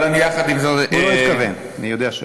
יחד עם זה, הוא לא התכוון, אני יודע שלא.